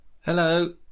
Hello